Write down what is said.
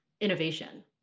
innovation